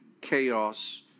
chaos